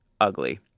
ugly